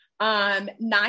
Nine